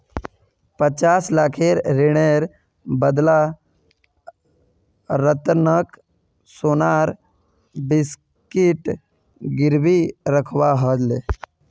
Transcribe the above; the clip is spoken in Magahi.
पचास लाखेर ऋनेर बदला रतनक सोनार बिस्कुट गिरवी रखवा ह ले